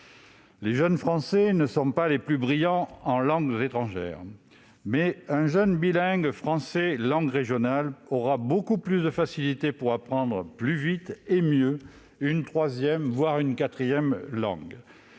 Les jeunes Français ne sont pas les plus brillants en langues étrangères, mais un jeune bilingue français-langues régionales aura beaucoup plus de facilité pour apprendre plus vite et mieux une troisième, voire une quatrième langue.